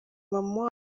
mama